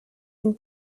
une